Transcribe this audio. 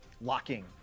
locking